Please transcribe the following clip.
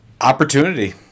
Opportunity